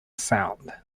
sound